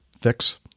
fix